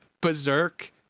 Berserk